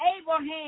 Abraham